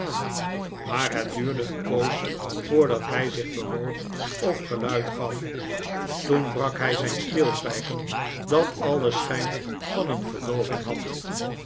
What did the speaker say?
maar het duurde een poos voordat hij zich bewoog of geluid gaf toen brak hij zijn zwijgen dat alien schijn van een verdooving had